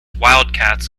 wildcats